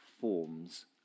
forms